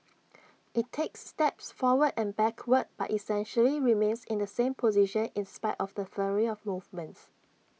IT takes steps forward and backward but essentially remains in the same position in spite of the flurry of movements